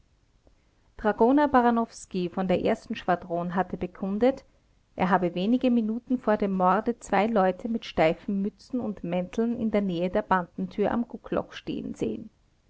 dragoner baranowski von der ersten schwadron hatte bekundet er habe wenige minuten vor dem morde zwei leute mit steifen mützen und mänteln in der nähe der bandentür am guckloch stehen sehen